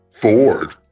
Ford